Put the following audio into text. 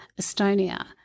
Estonia